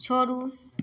छोड़ू